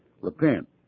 Repent